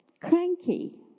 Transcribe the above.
cranky